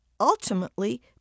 Ultimately